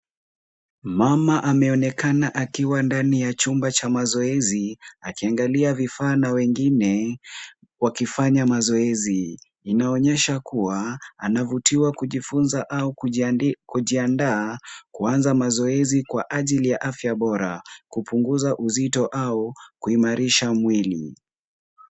Mama ameonekana akiwa ndani ya chumba cha mazoezi, akiangalia vifaa na wengine wakifanya mazoezi. Inaonyesha kuwa anavutiwa kujifunza au kujiandaa kuanza mazoezi kwa ajili ya afya bora, kupunguza uzito au kuimarisha mwili.